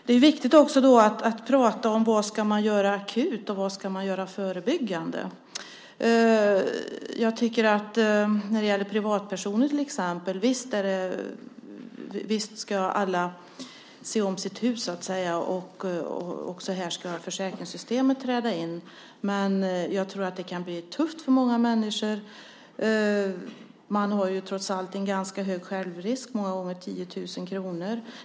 Det är också viktigt att tala om vad man ska göra akut och vad man ska göra förebyggande. När det gäller till exempel privatpersoner är det visst så att alla ska se om sitt hus, och här ska försäkringssystemet träda in. Men det kan bli tufft för många människor. Man har trots allt en ganska hög självrisk. Den är många gånger 10 000 kr.